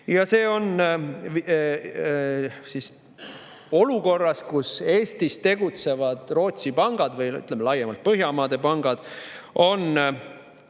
Ja see on siis olukorras, kus Eestis tegutsevad Rootsi pangad või laiemalt Põhjamaade pangad on